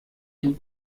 son